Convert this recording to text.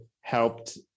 helped